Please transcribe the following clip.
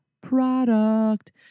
product